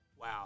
Wow